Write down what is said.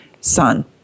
son